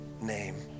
name